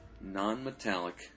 non-metallic